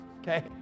okay